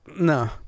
No